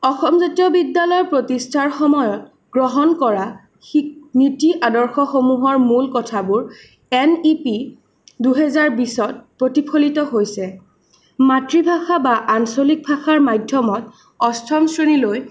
অসম জাতীয় বিদ্যালয় প্ৰতিষ্ঠাৰ সময়ত গ্ৰহণ কৰা নীতি আদৰ্শসমূহৰ মূল কথাবোৰ এন ই পি দুহেজাৰ বিছত প্ৰতিফলিত হৈছে মাতৃভাষা বা আঞ্চলিক ভাষাৰ মাধ্যমত অষ্টম শ্ৰেণীলৈ